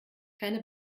keine